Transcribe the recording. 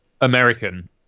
American